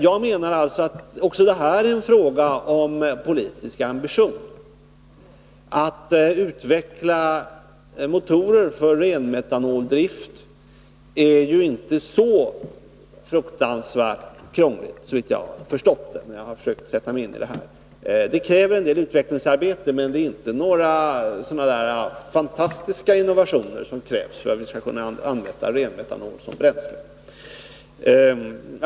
Jag menar att också det här är en fråga om politiska ambitioner. Att utveckla motorer för renmetanoldrift är ju inte så fruktansvärt krångligt, såvitt jag förstår. Det kräver en del utvecklingsarbete, men det är inte några fantastiska innovationer som krävs för att vi skall kunna använda ren metanol som bränsle.